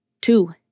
Two